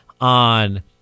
on